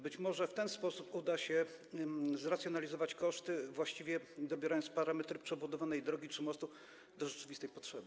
Być może w ten sposób uda się zracjonalizować koszty, właściwie dobierając parametry przebudowywanej drogi czy mostu do rzeczywistej potrzeby.